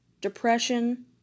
depression